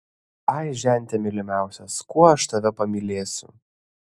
ai žente mylimiausias kuo aš tave pamylėsiu